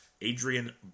Adrian